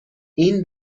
این